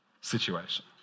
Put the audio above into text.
situation